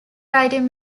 writing